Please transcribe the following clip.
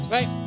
Right